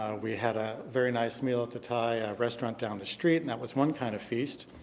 we had a very nice meal at the thai restaurant down the street, and that was one kind of feast.